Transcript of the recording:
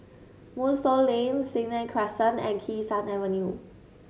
Moonstone Lane Senang Crescent and Kee Sun Avenue